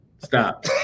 stop